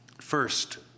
First